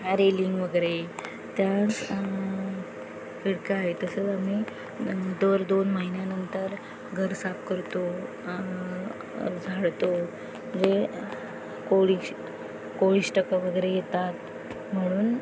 railing वगैरे त्या खिडकी आहे तसंच आम्ही दर दोन महिन्यानंतर घर साफ करतो झाडतो जे कोळी कोळिष्टकं वगैरे येतात म्हणून